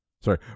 sorry